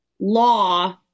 law